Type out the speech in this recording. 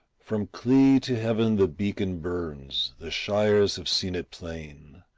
from clee to heaven the beacon burns, the shires have seen it plain,